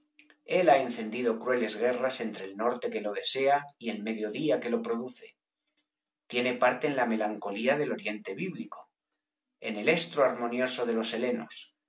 el ha encendido crueles guerras entre el norte que lo desea y el mediodía que lo produce tiene parte en la melancolía del oriente bíblico en el estro armonioso de los helenos